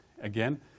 Again